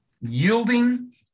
yielding